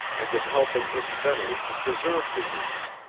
and in helping incidentally to preserve the union,